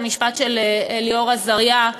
המשפט של אלאור אזריה,